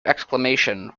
exclamation